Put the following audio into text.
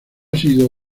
sido